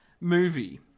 movie